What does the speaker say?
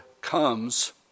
comes